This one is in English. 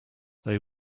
they